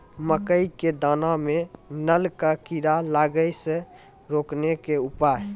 मकई के दाना मां नल का कीड़ा लागे से रोकने के उपाय?